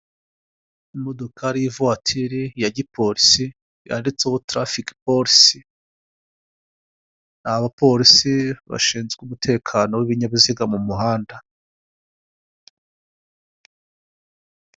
Imodokari y'ivatire ya gipolisi yanditseho tarafiki polisi, ni abapolisi bashinzwe umutekano w'ibinyabiziga mu muhanda.